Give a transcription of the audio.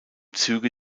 züge